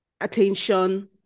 attention